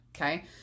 okay